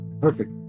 Perfect